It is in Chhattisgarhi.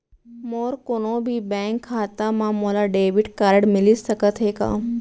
मोर कोनो भी बैंक खाता मा मोला डेबिट कारड मिलिस सकत हे का?